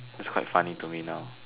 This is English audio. it's quite funny to me now